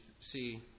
see